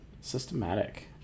systematic